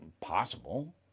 possible